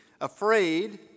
afraid